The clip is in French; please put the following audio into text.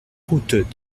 route